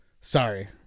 Sorry